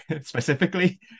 specifically